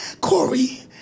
Corey